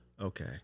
Okay